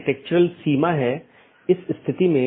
एक BGP के अंदर कई नेटवर्क हो सकते हैं